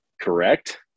correct